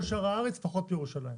כל שאר הארץ פחות מירושלים.